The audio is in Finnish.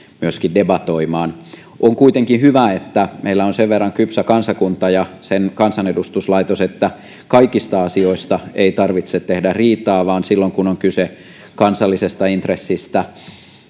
myöskin debatoimaan on kuitenkin hyvä että meillä on sen verran kypsä kansakunta ja sen kansanedustuslaitos että kaikista asioista ei tarvitse tehdä riitaa vaan silloin kun on kyse kansallisesta intressistä